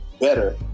better